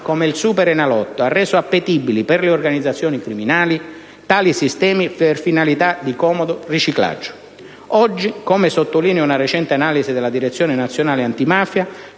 come il Superenalotto, ha reso appetibili per le organizzazioni criminali tali sistemi per finalità di comodo riciclaggio. Oggi, come sottolinea una recente analisi della Direzione nazionale antimafia